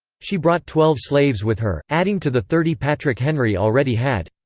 she brought twelve slaves with her, adding to the thirty patrick henry already had.